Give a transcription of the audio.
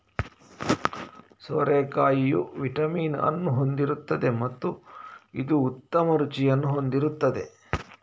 ಸೋರೆಕಾಯಿಯು vitamin ಅನ್ನು ಹೊಂದಿರುತ್ತದೆ ಮತ್ತು ಇದು ಉತ್ತಮ ರುಚಿಯನ್ನು ಹೊಂದಿರುತ್ತದೆ